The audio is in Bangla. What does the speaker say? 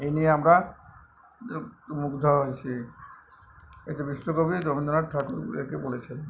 এই নিয়ে আমরা মুগ্ধ হয়েছি এতে বিশ্ব কবি রবীন্দ্রনাথ ঠাকুর একে বলেছেন